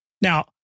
now